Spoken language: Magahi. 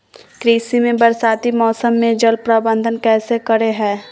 कृषि में बरसाती मौसम में जल प्रबंधन कैसे करे हैय?